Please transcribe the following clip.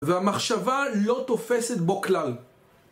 והמחשבה לא תופסת בו כלל